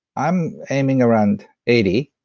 i'm aiming around eighty.